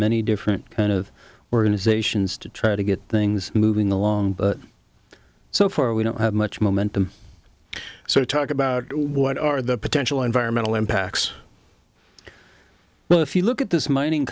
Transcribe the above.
many different kind of organizations to try to get things moving along so far we don't have much momentum so to talk about what are the potential environmental impacts well if you look at this mining